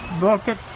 bucket